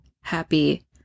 happy